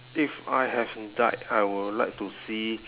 if I have died I will like to see